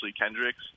Kendricks